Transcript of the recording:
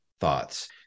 thoughts